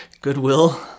Goodwill